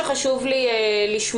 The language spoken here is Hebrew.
חשוב לי לשמוע,